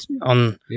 on